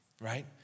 right